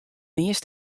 earst